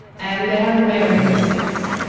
and there hasn't been a whimper since.